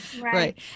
Right